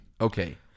Okay